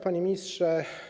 Panie Ministrze!